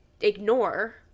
ignore